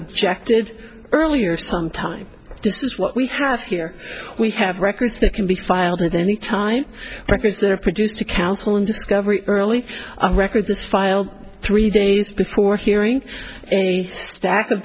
objected earlier sometime this is what we have here we have records that can be filed and any time records that are produced to counsel in discovery early records this file three days before hearing a stack of